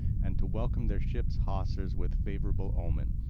and to welcome their ship's hawsers with favourable omen.